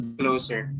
closer